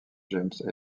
james